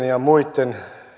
ja muiden